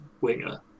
winger